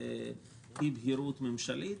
באי-בהירות ממשלית.